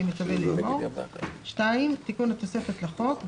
אני מצווה לאמור: 2. תיקון התוספת לחוק.